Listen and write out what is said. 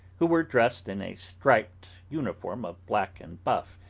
who were dressed in a striped uniform of black and buff,